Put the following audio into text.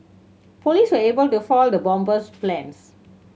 police were able to foil the bomber's plans